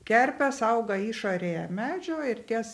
kerpės auga išorėje medžio ir ties